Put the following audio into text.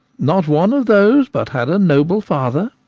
not one of those but had a noble father.